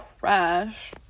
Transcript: crash